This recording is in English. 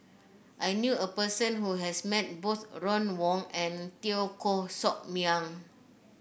I knew a person who has met both Ron Wong and Teo Koh Sock Miang